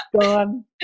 gone